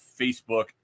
Facebook